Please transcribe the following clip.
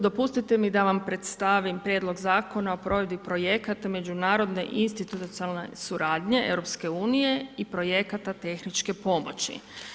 Dopustite mi da vam predstavim Prijedlog Zakona o provedbi projekata međunarodne i institucionalne suradnje EU i projekata tehničke pomoći.